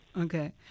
Okay